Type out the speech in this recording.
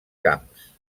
camps